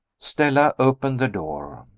stella opened the door.